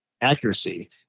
accuracy